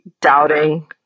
doubting